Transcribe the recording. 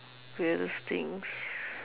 weirdest things